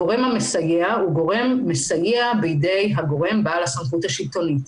הגורם המסייע הוא גורם מסייע בידי הגורם בעל הסמכות השלטונית.